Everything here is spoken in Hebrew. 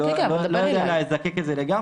אני לא יודע לזקק את זה לגמרי,